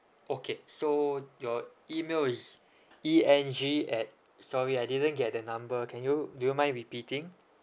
okay so your email is E N G at sorry I didn't get the number can you do you mind repeating